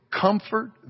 comfort